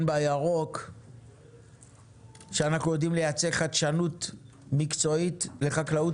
אנחנו יודעים לייצא חדשנות מקצועית לחקלאים